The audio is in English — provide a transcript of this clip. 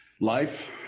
life